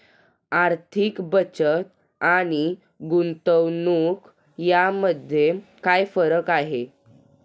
आर्थिक बचत आणि गुंतवणूक यामध्ये काय फरक आहे?